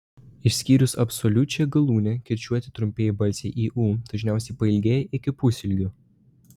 išskyrus absoliučią galūnę kirčiuoti trumpieji balsiai i u dažniausiai pailgėja iki pusilgių